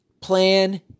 plan